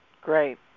Great